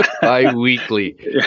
bi-weekly